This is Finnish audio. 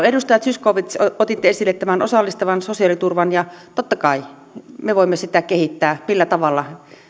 edustaja zyskowicz otitte esille tämän osallistavan sosiaaliturvan ja totta kai me voimme sitä kehittää millä tavalla